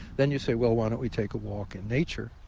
then you say, well, why don't we take a walk in nature?